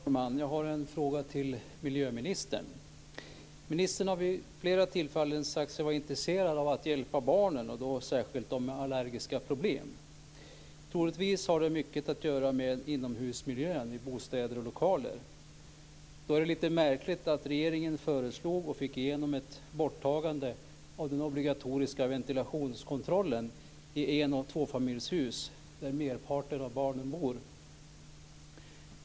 Fru talman! Jag har en fråga till miljöministern. Ministern har vid flera tillfällen sagt sig vara intresserad av att hjälpa barnen, och då särskilt dem med allergiska problem. Troligtvis har det mycket att göra med inomhusmiljön i bostäder och lokaler. Då är det lite märkligt att regeringen föreslog och fick igenom ett borttagande av den obligatoriska ventilationskontrollen i en och tvåfamiljshus, där merparten av barnen bor.